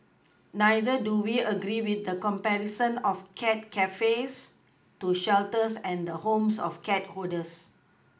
neither do we agree with the comparison of cat cafes to shelters and the homes of cat hoarders